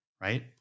Right